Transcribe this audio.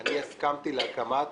שאני הסכמתי להקמת